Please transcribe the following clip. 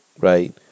right